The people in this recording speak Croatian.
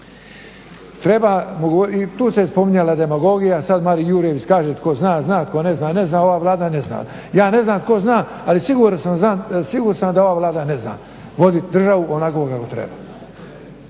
dobro. Tu se spominjala demagogija. Sad Marin Jurjević kaže tko zna, zna, tko ne zna, ne zna. Ova Vlada ne zna. Ja ne znam tko zna, ali siguran sam da ova Vlada ne zna vodit državu onako kako treba.